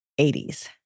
80s